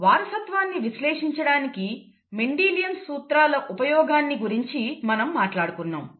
వారసత్వాన్ని విశ్లేషించడానికి మెండిలియన్ సూత్రాల ఉపయోగాన్ని గురించి మనం మాట్లాడుకుంటున్నాము